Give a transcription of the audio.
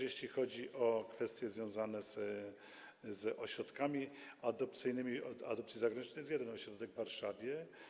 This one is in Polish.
Jeśli chodzi o kwestie związane z ośrodkami adopcyjnymi, to od adopcji zagranicznej jest jeden ośrodek w Warszawie.